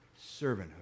Servanthood